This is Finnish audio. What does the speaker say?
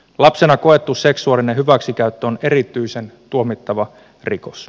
lapsena koettu seksuaalinen hyväksikäyttö on erityisen tuomittava rikos